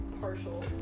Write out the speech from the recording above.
partial